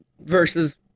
versus